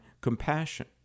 compassion